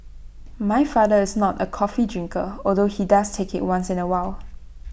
my father is not A coffee drinker although he does take IT once in A while